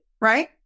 right